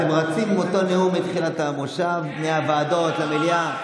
אתם רצים עם אותו נאום מתחילת המושב מהוועדות למליאה.